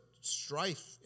strife